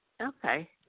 Okay